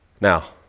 Now